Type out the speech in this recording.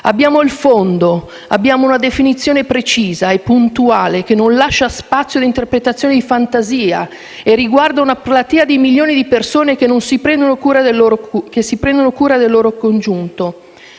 Abbiamo il fondo, abbiamo una definizione precisa e puntuale che non lascia spazio ad interpretazioni di fantasia e riguarda una platea di milioni di persone che si prendono cura del loro congiunto.